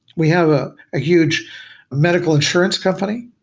we have a huge medical insurance company.